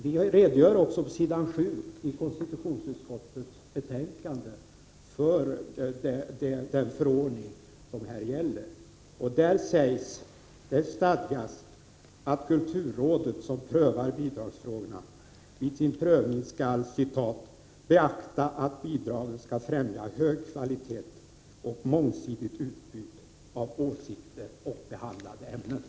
Vi redogör på s. 7 i konstitutionsutskottets betänkande för den förordning som detta gäller och där det stadgas att kulturrådet, som prövar bidragsfrågorna, vid sin prövning skall ”beakta att bidragen skall främja hög kvalitet och mångsidigt utbud av åsikter och behandlade ämnen”.